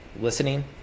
listening